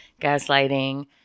gaslighting